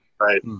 Right